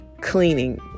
cleaning